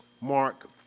Mark